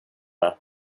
med